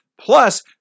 plus